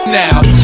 now